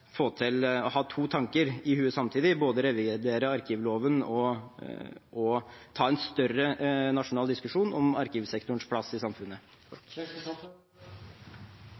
få til – og ha to tanker i hodet samtidig – både å revidere arkivloven og å ta en større nasjonal diskusjon om arkivsektorens plass i samfunnet.